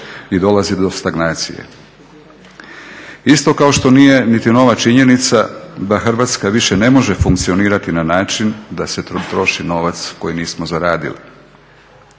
i dolazi do stagnacije. Isto kao što nije niti nova činjenica da Hrvatska više ne može funkcionirati na način da se troši novac koji nismo zaradili,